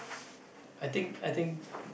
I think I think